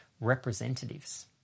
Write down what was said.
representatives